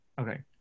Okay